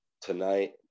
tonight